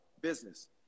business